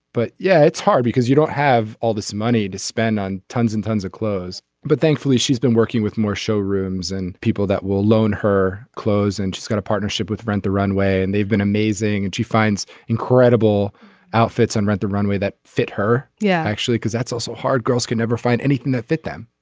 but yeah it's hard because you don't have all this money to spend on tons and tons of clothes. but thankfully she's been working with more showrooms and people that will loan her clothes and she's got a partnership with rent the runway and they've amazing and she finds incredible outfits and rent the runway that fit her. yeah actually because that's also hard. girls can never find anything that fit them.